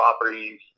properties